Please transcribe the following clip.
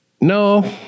no